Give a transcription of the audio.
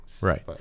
right